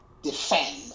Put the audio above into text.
Defend